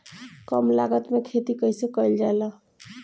कम लागत में खेती कइसे कइल जाला?